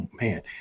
man